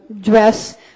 dress